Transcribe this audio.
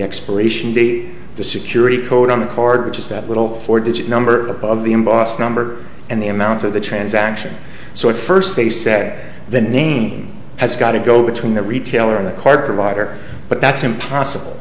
expiration date the security code on the call just that little four digit number of the embossed number and the amount of the transaction so at first they said the name has got to go between the retailer in the card provider but that's impossible